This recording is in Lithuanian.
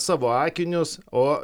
savo akinius o